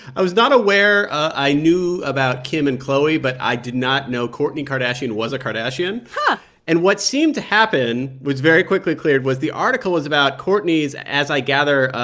i was not aware i knew about kim and khloe, but i did not know kourtney kardashian was a kardashian. but and what seemed to happen was very quickly cleared was the article was about kourtney's, as i gather,